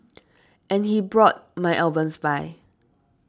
and he brought my albums by